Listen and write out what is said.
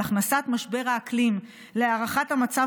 על הכנסת משבר האקלים להערכת המצב